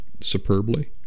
superbly